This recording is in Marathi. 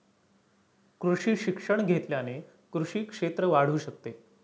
कृषी शिक्षण घेतल्याने कृषी क्षेत्र वाढू शकते